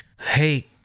hey